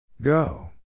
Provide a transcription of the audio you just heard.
Go